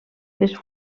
les